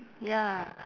ya